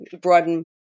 broaden